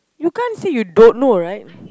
you can't say you don't know right